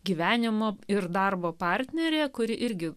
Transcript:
gyvenimo ir darbo partnerė kuri irgi